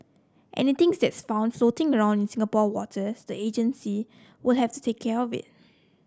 anythings that's found floating in Singapore waters the agency will have to take care of it